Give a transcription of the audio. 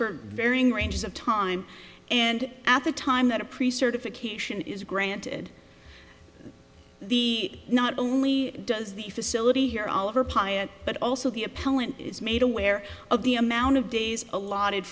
for varying ranges of time and at the time that a priest certification is granted the not only does the facility here all of her pious but also the appellant is made aware of the amount of days allotted